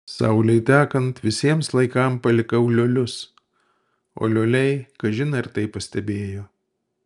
saulei tekant visiems laikams palikau liolius o lioliai kažin ar tai pastebėjo